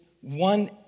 one